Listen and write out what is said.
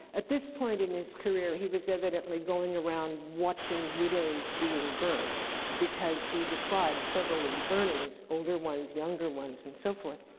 at this point in his career, he was evidently going around watching widows being burned because he described several of the burnings older ones, younger ones, and so forth,